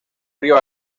río